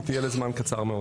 היא תהיה לזמן קצר מאוד.